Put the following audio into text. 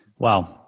Wow